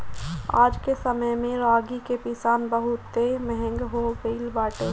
आजके समय में रागी के पिसान बहुते महंग हो गइल बाटे